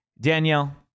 Danielle